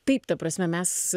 taip ta prasme mes